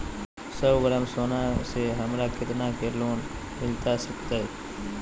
सौ ग्राम सोना से हमरा कितना के लोन मिलता सकतैय?